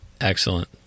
Excellent